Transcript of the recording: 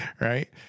Right